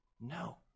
No